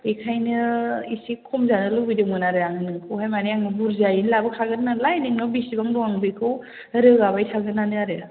बेनिखायनो एसे खम जाजानो लुबैदोंमोन आरो आङो नोंखौहाय माने आङो बुरजायैनो लाबोखागोन नालाय नोंनाव बेसेबां दं आं बेखौ रोगाबाय थागोनानो आरो